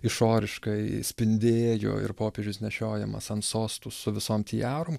išoriškai spindėjo ir popiežius nešiojamas ant sostų su visom tiarom